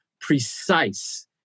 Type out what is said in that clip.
precise